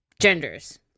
genders